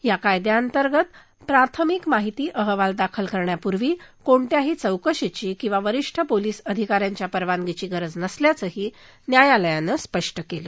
या कायद्याअंतर्गत प्राथमिक माहिती अहवाल दाखल करण्यापूर्वी कोणत्याही चौकशीची किंवा वरीष्ठ पोलीस अधिकाऱ्यांच्या परवानगीची गरज नसल्याचंही न्यायालयानं स्पष्ट केलं